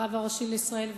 הרב הראשי לישראל,